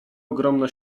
ogromna